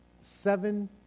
seven